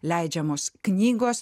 leidžiamos knygos